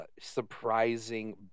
surprising